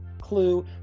Clue